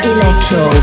Electro